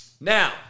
Now